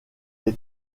est